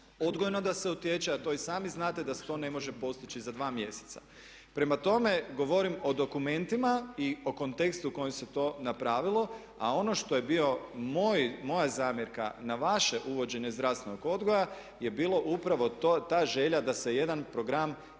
odgojno da se utječe, a to i sami znate da se to ne može postići za dva mjeseca. Prema tome, govorim o dokumentima i o kontekstu u kojem se to napravilo. A ono što je bio moj, moja zamjerka na vaše uvođenje zdravstvenog odgoja je bilo upravo ta želja da se jedan program nametne